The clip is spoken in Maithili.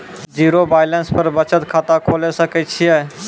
जीरो बैलेंस पर बचत खाता खोले सकय छियै?